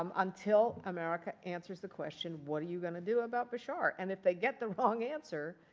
um until america answers the question, what are you going to do about bashar? and if they get the wrong answer,